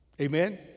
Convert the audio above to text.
Amen